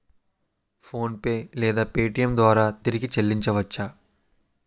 PhonePe లేదా Paytm ద్వారా తిరిగి చల్లించవచ్చ?